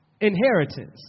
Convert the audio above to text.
inheritance